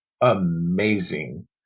amazing